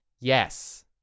yes